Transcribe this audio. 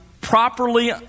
properly